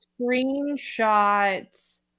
screenshots